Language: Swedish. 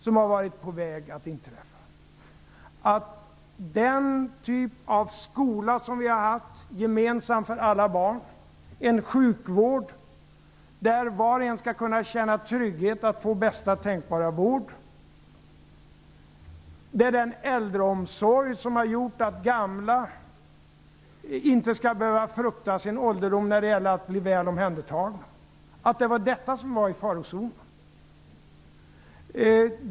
Det som var i farozonen var den typ av skola som vi har haft och som har varit gemensam för alla barn, en sjukvård där var och en skall kunna känna trygghet att få bästa tänkbara vård och den äldreomsorg som har gjort att gamla inte skulle behöva frukta för att inte bli väl omhändertagna under sin ålderdom.